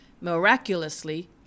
Miraculously